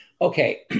Okay